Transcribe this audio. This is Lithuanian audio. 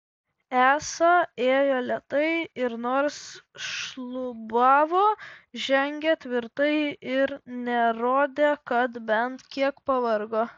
esą ėjo lėtai ir nors šlubavo žengė tvirtai ir nerodė kad bent kiek pavargo